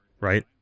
right